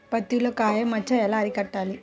పత్తిలో కాయ మచ్చ ఎలా అరికట్టాలి?